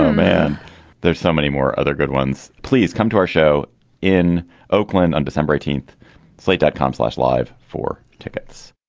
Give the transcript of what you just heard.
man there's so many more other good ones. please come to our show in oakland on december eighteenth slate dot com slash live for tickets